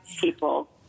people